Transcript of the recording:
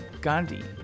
gandhi